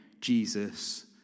Jesus